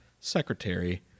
secretary